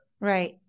Right